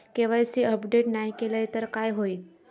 KYC update नाय केलय तर काय होईत?